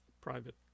private